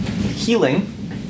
Healing